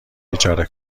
اجاره